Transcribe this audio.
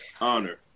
honor